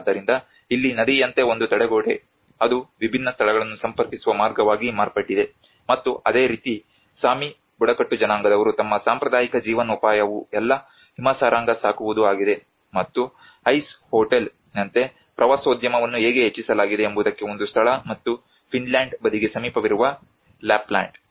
ಆದ್ದರಿಂದ ಇಲ್ಲಿ ನದಿಯಂತೆ ಒಂದು ತಡೆಗೋಡೆ ಅದು ವಿಭಿನ್ನ ಸ್ಥಳಗಳನ್ನು ಸಂಪರ್ಕಿಸುವ ಮಾರ್ಗವಾಗಿ ಮಾರ್ಪಟ್ಟಿದೆ ಮತ್ತು ಅದೇ ರೀತಿ ಸಾಮಿ ಬುಡಕಟ್ಟು ಜನಾಂಗದವರು ತಮ್ಮ ಸಾಂಪ್ರದಾಯಿಕ ಜೀವನೋಪಾಯವು ಎಲ್ಲಾ ಹಿಮಸಾರಂಗ ಸಾಕುವುದು ಆಗಿದೆ ಮತ್ತು ಐಸ್ ಹೋಟೆಲ್ ನಂತೆ ಪ್ರವಾಸೋದ್ಯಮವನ್ನು ಹೇಗೆ ಹೆಚ್ಚಿಸಲಾಗಿದೆ ಎಂಬುದಕ್ಕೆ ಒಂದು ಸ್ಥಳ ಮತ್ತು ಫಿನ್ಲ್ಯಾಂಡ್ ಬದಿಗೆ ಸಮೀಪವಿರುವ ಲ್ಯಾಪ್ಲ್ಯಾಂಡ್